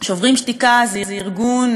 "שוברים שתיקה" זה ארגון,